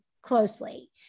closely